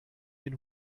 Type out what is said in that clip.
den